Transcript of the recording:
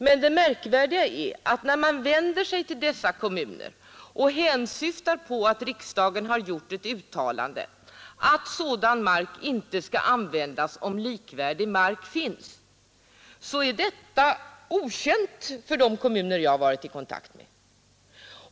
Märkvärdigt är att när man vänder sig till kommunerna och hänvisar till att riksdagen har gjort ett uttalande att sådan mark inte skall användas om likvärdig mark finns, så är detta okänt för de kommuner jag har varit i kontakt med.